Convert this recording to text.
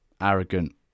arrogant